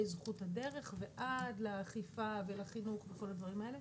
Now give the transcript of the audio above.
זכות הדרך ועד לאכיפה ולחינוך וכל הדברים האלה,